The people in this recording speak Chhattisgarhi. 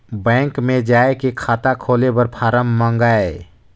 बैंक मे जाय के खाता खोले बर फारम मंगाय?